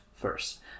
First